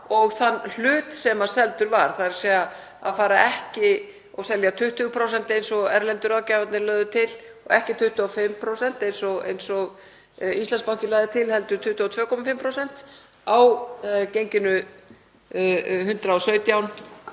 og þann hlut sem seldur var, þ.e. að selja ekki 20% eins og erlendu ráðgjafarnir lögðu til og ekki 25% eins og Íslandsbanki lagði til heldur 22,5% á genginu 117